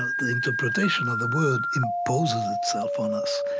ah the interpretation of the world imposes itself on us,